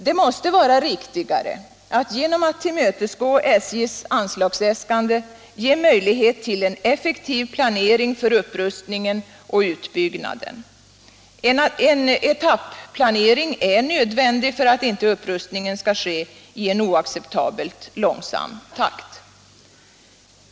Det måste vara riktigare att genom att tillmötesgå SJ:s anslagsäskande ge möjlighet till en effektiv planering för upprustningen och utbyggnaden. En etapplanering är nödvändig för att inte upprustningen skall ske i en oacceptabelt långsam takt.